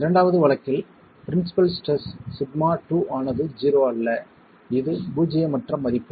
இரண்டாவது வழக்கில் principal stress σ2 ஆனது 0 அல்ல இது பூஜ்ஜியமற்ற மதிப்பு